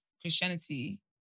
Christianity